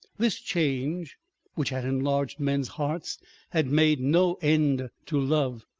this change which had enlarged men's hearts had made no end to love.